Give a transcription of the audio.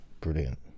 Brilliant